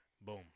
Boom